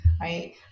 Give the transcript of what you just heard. right